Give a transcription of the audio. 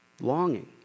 longing